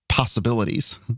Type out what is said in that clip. possibilities